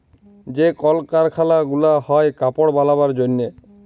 যে কল কারখালা গুলা হ্যয় কাপড় বালাবার জনহে